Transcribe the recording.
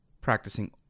practicing